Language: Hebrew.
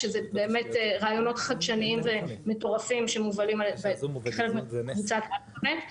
שאלו באמת רעיונות חדשניים ומטורפים שמובלים על חלק מקבוצת האינטרנט .